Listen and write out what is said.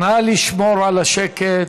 נא לשמור על השקט.